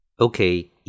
Okay